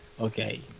okay